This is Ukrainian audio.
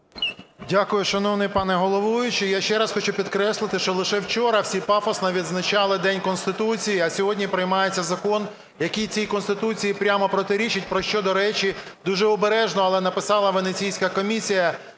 Дякую, шановний пане головуючий. Я ще раз хочу підкреслити, що лише вчора всі пафосно відзначали День Конституції, а сьогодні приймається закон, який цій Конституції прямо протирічить, про що, до речі, дуже обережно, але написала Венеційська комісія